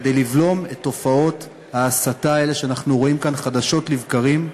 כדי לבלום את תופעות ההסתה האלה שאנחנו רואים כאן חדשות לבקרים.